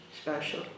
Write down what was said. special